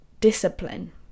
Discipline